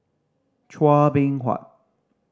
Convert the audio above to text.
Chua Beng Huat